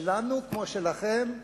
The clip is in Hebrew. שלנו, כמו שלכם,